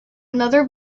another